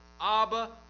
Abba